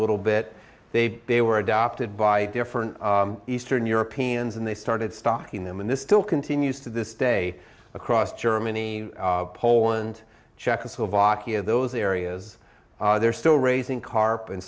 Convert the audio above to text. little bit they they were adopted by different eastern europeans and they started stocking them and this still continues to this day across germany poland czechoslovakia those areas they're still raising carp and